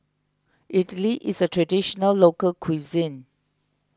Idly is a Traditional Local Cuisine